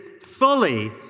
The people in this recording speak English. fully